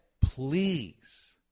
please